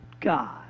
God